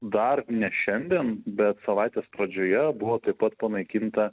dar ne šiandien bet savaitės pradžioje buvo taip pat panaikinta